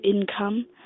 income